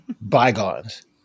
bygones